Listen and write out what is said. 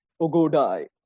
ogodai